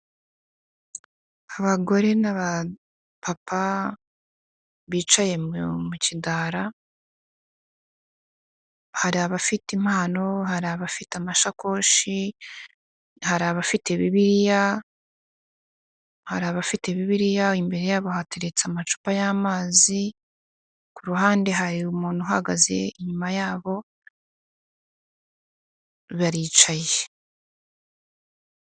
Abagore n'abapapa, bicaye mu kidara, hari abafite impano, hari abafite amasakoshi, hari abafite bibiliya, imbere yabo hateretse amacupa y'amazi, ku ruhande hari umuntu uhagaze inyuma yabo, baricaye.